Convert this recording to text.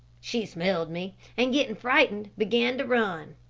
she smelled me, and getting frightened began to run.